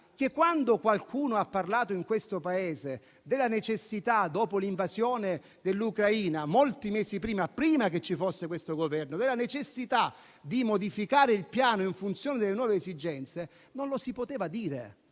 quando qualcuno ha parlato nel Paese, dopo l'invasione dell'Ucraina, molti mesi prima che ci fosse l'attuale Governo, della necessità di modificare il piano in funzione delle nuove esigenze, allora non lo si poteva dire.